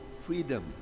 freedom